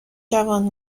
جوان